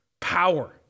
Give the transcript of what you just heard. power